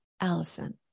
Allison